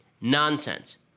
Nonsense